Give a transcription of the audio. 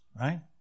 right